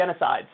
genocides